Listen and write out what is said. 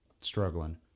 struggling